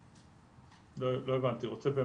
לא הבנתי, רוצה במה?